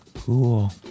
Cool